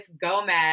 Gomez